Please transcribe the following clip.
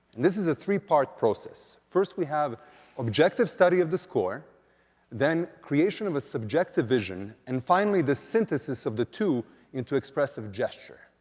this is a three-part process. first, we have objective study of the score then, creation of a subjective vision and finally, the synthesis of the two into expressive gesture.